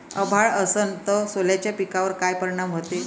अभाळ असन तं सोल्याच्या पिकावर काय परिनाम व्हते?